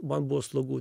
man buvo slogu